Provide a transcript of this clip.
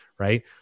right